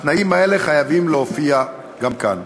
התנאים האלה חייבים להופיע גם כאן.